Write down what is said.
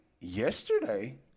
yesterday